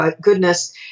goodness